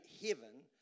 heaven